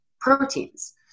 proteins